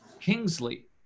Kingsley